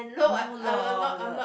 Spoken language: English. never lor ya